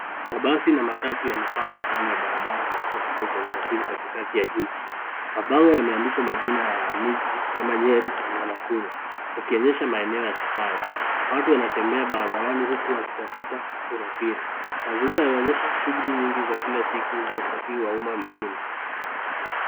Mabasi na matatu yamepangwa kando ya barabara katika kituo cha usafiri katikati ya jiji. Mabango yameandikwa majina ya miji kama Nyeri na Nakuru yakionyesha maeneo ya safari. Watu wanatembea barabarani huku wakitafuta usafiri. Hali hii inaonyesha shughuli nyingi za kila siku za usafiri wa umma nchini.